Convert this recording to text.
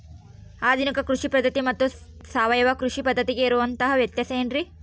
ಆಧುನಿಕ ಕೃಷಿ ಪದ್ಧತಿ ಮತ್ತು ಸಾವಯವ ಕೃಷಿ ಪದ್ಧತಿಗೆ ಇರುವಂತಂಹ ವ್ಯತ್ಯಾಸ ಏನ್ರಿ?